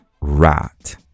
Rat